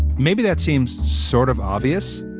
maybe that seems sort of obvious.